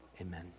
Amen